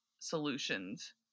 solutions